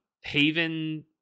Haven